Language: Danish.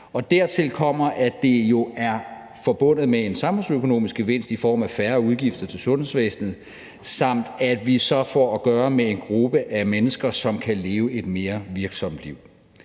Dertil kommer, at det jo er forbundet med en samfundsøkonomisk gevinst i form af færre udgifter til sundhedsvæsenet, samt at vi så får at gøre med en gruppe af mennesker, som kan leve et mere virksomt liv.